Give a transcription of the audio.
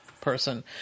person